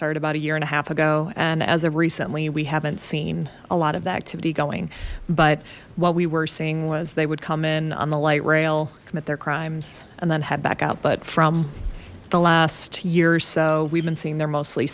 started about a year and a half ago and as of recently we haven't seen a lot of that tivity going but what we were seeing was they would come in on the light rail commit their crimes and then head back out but from the last year so we've been seeing they're mostly